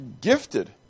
gifted